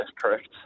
correct